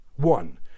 One